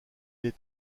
est